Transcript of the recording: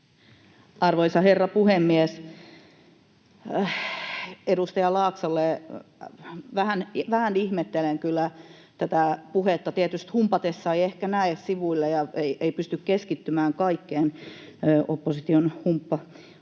Arvoisa herra puhemies! Edustaja Laaksolle: vähän ihmettelen kyllä tätä puhetta. Tietysti humpatessa ei ehkä näe sivuille ja ei pysty keskittymään kaikkeen — opposition humppamestari